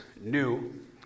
new